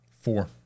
Four